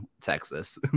Texas